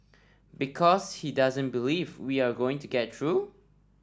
because he doesn't believe we are going to get through